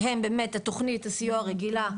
שהם באמת תוכנית הסיוע הרגילה,